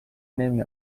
نمی